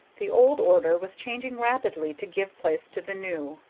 the old order was changing rapidly to give place to the new,